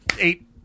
eight